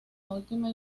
última